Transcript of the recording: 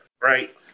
right